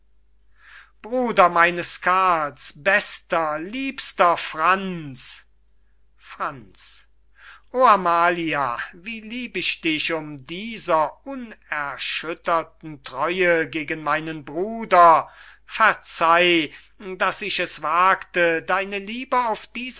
bruder meines karls bester liebster franz franz o amalia wie lieb ich dich um dieser unerschütterten treue gegen meinen bruder verzeih daß ich es wagte deine liebe auf diese